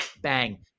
bang